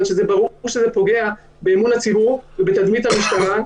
שברור שזה פוגע באמון הציבור ובתדמית המשטרה,